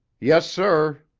yes, sir.